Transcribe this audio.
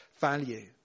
value